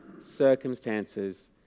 circumstances